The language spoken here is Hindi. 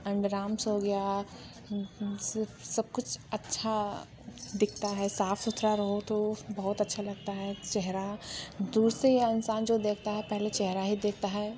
अंडरआर्म्स हो गया सब कुछ अच्छा दिखता है साफ़ सुथरा रहो तो बहुत अच्छा लगता है चेहरा दूर से इंसान जो देखता है पहले चेहरा ही देखता है